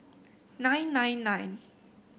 nine nine nine